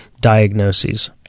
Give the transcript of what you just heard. diagnoses